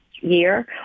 year